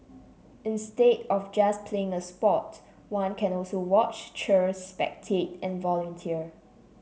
instead of just playing a sport one can also watch cheer spectate and volunteer